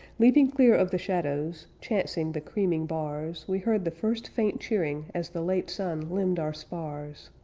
leaping clear of the shallows, chancing the creaming bars, we heard the first faint cheering as the late sun limned our spars.